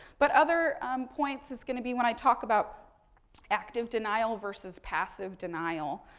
but, other points is going to be when i talk about active denial versus passive denial,